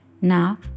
Now